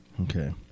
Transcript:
Okay